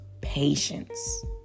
patience